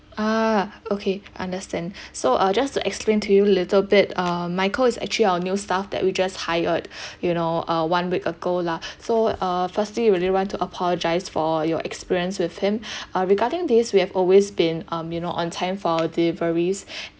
ah okay understand so uh just to explain to you little bit uh michael is actually our new staff that we just hired you know uh one week ago lah so uh firstly we really want to apologize for your experience with him uh regarding this we have always been um you know on time for deliveries